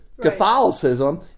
Catholicism